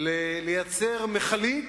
לייצר מכלית,